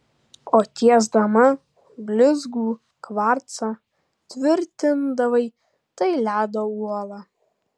o tiesdama blizgų kvarcą tvirtindavai tai ledo uola